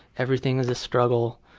everything is a struggle,